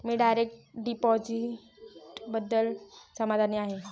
मी direct डिपॉझिटबद्दल समाधानी आहे